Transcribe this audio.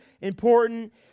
important